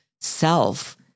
self